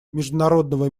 международного